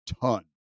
ton